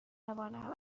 توانم